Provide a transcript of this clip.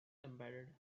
embedded